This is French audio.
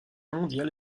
mondiale